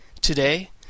Today